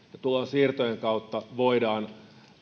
tulonsiirtojen kautta voidaan